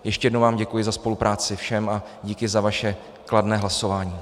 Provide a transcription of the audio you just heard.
Ještě jednou vám děkuji za spolupráci, všem, a díky za vaše kladné hlasování.